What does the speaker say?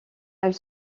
elle